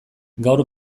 gaur